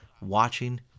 watching